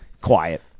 quiet